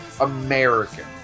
American